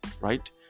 right